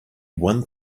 one